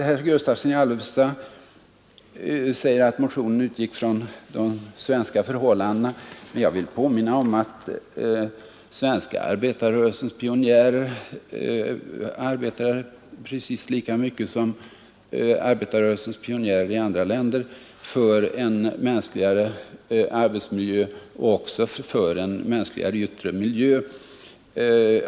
Herr Gustavsson i Alvesta säger att centermotionen utgick från de svenska förhållandena. Jag vill påminna om att den svenska arbetarrörelsens pionjärer arbetade precis lika mycket som arbetarrörelsens pionjärer i andra länder för en mänskligare arbetsmiljö och också för en mänskligare yttre miljö.